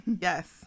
Yes